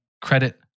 Credit